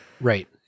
Right